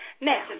Now